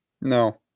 No